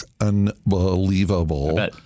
Unbelievable